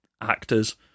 actors